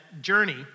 journey